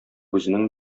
үзенең